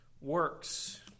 works